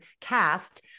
CAST